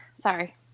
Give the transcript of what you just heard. Sorry